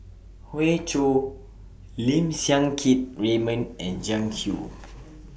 Hoey Choo Lim Siang Keat Raymond and Jiang Hu